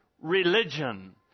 religion